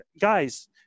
guys